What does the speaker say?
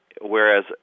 Whereas